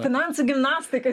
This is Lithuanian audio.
finansų gimnastikas